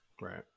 Right